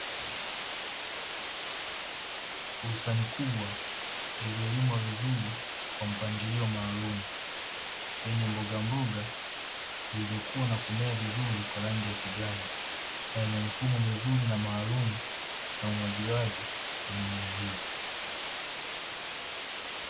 Bustani kubwa iliyolimwa vizuri kwa mpangilio maalumu yenye mbogamboga zilizokua na kumea vizuri kwa rangi ya kijani na yenye mifumo mizuri na maalumu ya umwagiliaji wa mimea hiyo.